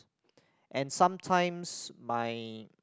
and sometimes my